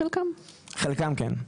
חלקם כן.